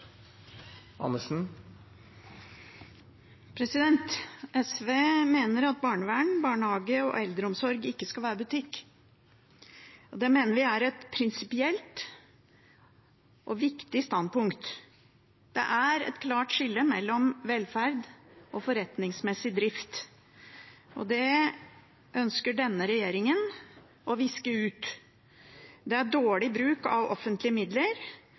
et prinsipielt og viktig standpunkt. Det er et klart skille mellom velferd og forretningsmessig drift, og det ønsker denne regjeringen å viske ut. Det er dårlig bruk av offentlige midler,